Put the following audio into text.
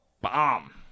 Bomb